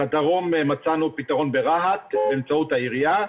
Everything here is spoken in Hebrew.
לדרום מצאנו פתרון ברהט באמצעות העירייה.